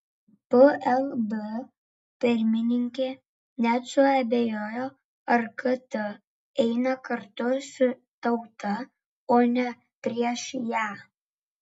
plb pirmininkė net suabejojo ar kt eina kartu su tauta o ne prieš ją